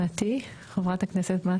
חברת הכנסת מטי?